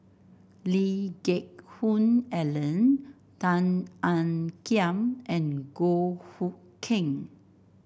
Lee Geck Hoon Ellen Tan Ean Kiam and Goh Hood Keng